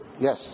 Yes